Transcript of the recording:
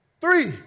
Three